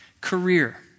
career